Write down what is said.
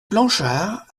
planchards